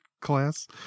class